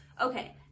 Okay